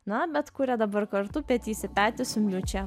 na bet kuria dabar kartu petys į petį su miučia